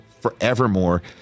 forevermore